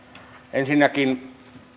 ensinnäkin